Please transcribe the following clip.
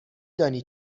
دانی